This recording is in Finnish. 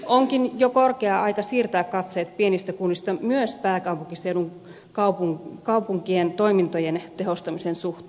onkin jo korkea aika siirtää katseet pienistä kunnista myös pääkaupunkiseudun kaupunkeihin niiden toimintojen tehostamisen suhteen